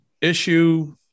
issue